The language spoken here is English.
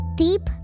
deep